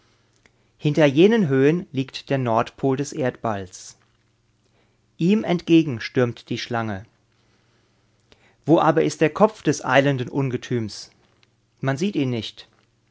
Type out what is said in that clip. hinter jenen höhen liegt der nordpol des erdballs ihm entgegen stürmt die schlange wo aber ist der kopf des eilenden ungetüms man sieht ihn nicht